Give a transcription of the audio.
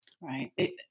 Right